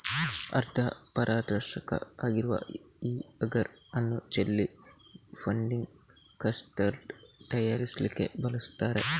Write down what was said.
ಅರ್ಧ ಪಾರದರ್ಶಕ ಆಗಿರುವ ಈ ಅಗರ್ ಅನ್ನು ಜೆಲ್ಲಿ, ಫುಡ್ಡಿಂಗ್, ಕಸ್ಟರ್ಡ್ ತಯಾರಿಸ್ಲಿಕ್ಕೆ ಬಳಸ್ತಾರೆ